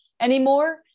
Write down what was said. anymore